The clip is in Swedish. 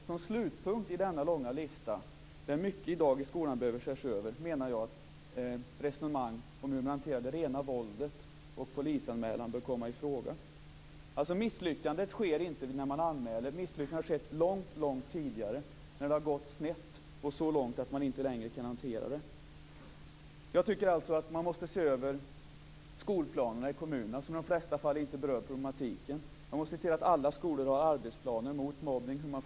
Som slutpunkt i denna långa lista, där mycket behöver ses över i dagens skola, finns det ett resonemang om hur det rena våldet skall hanteras och när polisanmälan bör komma i fråga. Misslyckandet sker inte vid anmälan. Misslyckandet har skett långt tidigare, när situationen har gått så snett att den inte längre kan hanteras. Skolplanerna i kommunerna behöver ses över. I de flesta fall berörs inte problemen. Alla skolor måste ha arbetsplaner för hur mobbning förebyggs.